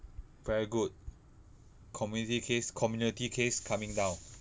very good community case community case coming down